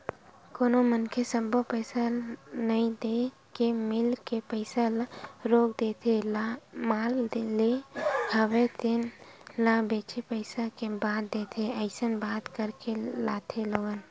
कोनो मनखे सब्बो पइसा नइ देय के मील के पइसा ल रोक देथे माल लेय हवे तेन ल बेंचे पइसा ल बाद देथे अइसन बात करके लाथे लोगन